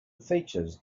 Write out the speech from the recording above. features